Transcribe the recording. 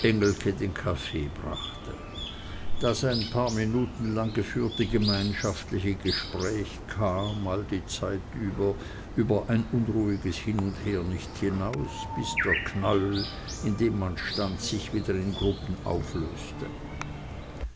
kaffee brachte das ein paar minuten lang geführte gemeinschaftliche gespräch kam all die zeit über über ein unruhiges hin und her nicht hinaus bis der knäuel in dem man stand sich wieder in gruppen auflöste